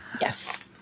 Yes